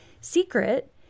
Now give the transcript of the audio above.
secret